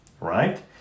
right